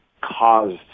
caused